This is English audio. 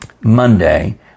Monday